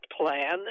plan